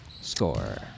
Score